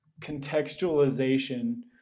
contextualization